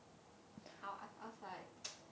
I I was like